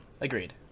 Agreed